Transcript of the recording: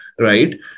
Right